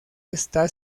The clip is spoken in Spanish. está